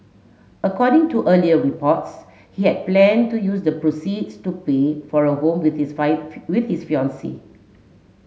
according to earlier reports he had planned to use the proceeds to pay for a home with his with his fiancee